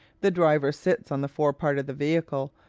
the driver sits on the fore part of the vehicle,